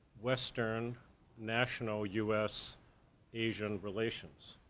western national us asian relations.